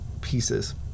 pieces